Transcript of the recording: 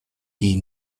die